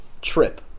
Trip